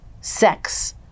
sex